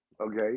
Okay